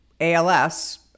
ALS